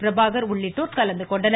பிரபாகர் உள்ளிட்டோர் கலந்துகொண்டனர்